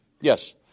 Yes